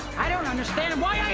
i don't understand why i